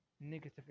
negative